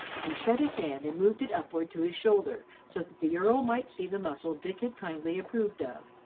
he shut his hand and moved it upward to his shoulder, so that the earl might see the muscle dick had kindly approved of,